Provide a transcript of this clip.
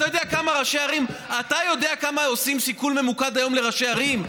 אתה יודע כמה, עושים סיכול ממוקד לראשי ערים?